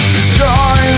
Destroy